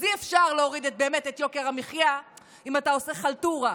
אז אי-אפשר להוריד באמת את יוקר המחיה אם אתה עושה חלטורה.